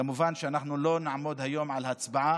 כמובן אנחנו לא נעמוד היום על הצבעה,